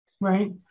Right